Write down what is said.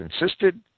insisted